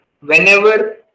Whenever